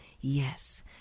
Yes